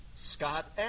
Scott